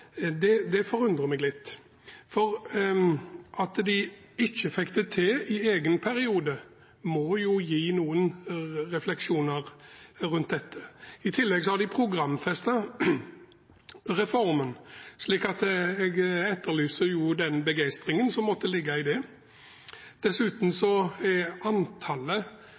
Venstre, det forundrer meg litt. At de ikke fikk det til i egen periode, må jo gi noen refleksjoner rundt dette. I tillegg har de programfestet reformen, så jeg etterlyser begeistringen som måtte ligge i det. Dessuten vil en ikke gå inn for et bestemt antall, men det er